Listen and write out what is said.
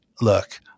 look